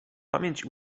pamięć